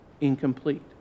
incomplete